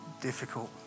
difficult